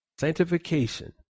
Sanctification